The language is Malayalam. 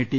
നീട്ടി